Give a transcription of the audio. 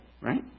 Right